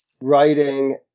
writing